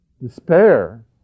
despair